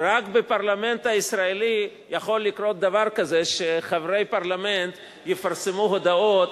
רק בפרלמנט הישראלי יכול לקרות דבר כזה שחברי פרלמנט יפרסמו הודעות,